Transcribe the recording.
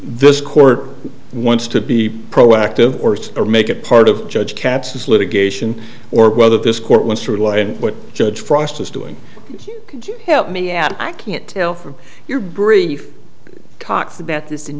this court wants to be proactive or make it part of judge capsis litigation or whether this court wants to rely on what judge frost is doing could you help me out i can't tell from your brief talks about this